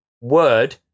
word